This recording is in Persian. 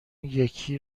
یکی